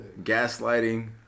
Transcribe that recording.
Gaslighting